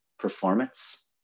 performance